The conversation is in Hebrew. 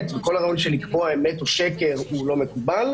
האמת" וכל הרעיון של לקבוע אמת או שקר הוא לא מקובל.